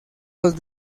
los